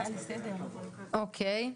אוקיי.